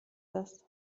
das